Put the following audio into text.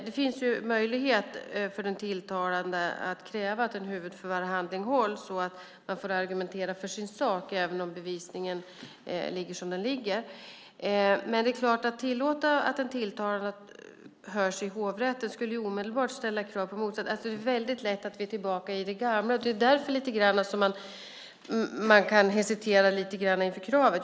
Det finns möjlighet för den tilltalade att kräva att en huvudförhandling hålls och att man får argumentera för sin sak även om bevisningen ligger som den ligger. Men att tillåta att den tilltalade hörs i hovrätten skulle omedelbart ställa krav på det motsatta. Då är vi lätt tillbaka i det gamla. Det är därför man kan hesitera lite inför kravet.